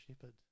shepherd